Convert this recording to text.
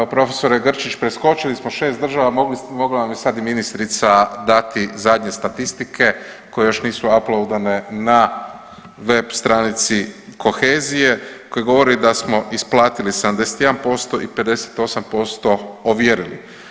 Evo profesore Grčić preskočili smo 6 država, mogla vam je sad i ministrica dati zadnje statistike koje još nisu aplaudane na web stranici kohezije koja govori da smo isplatili 71% i 58% ovjerili.